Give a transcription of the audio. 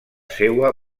seua